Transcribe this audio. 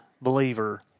believer